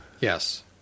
Yes